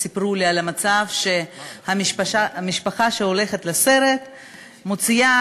סיפרו לי שמשפחה שהולכת לסרט מוציאה,